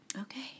Okay